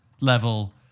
level